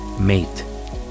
Mate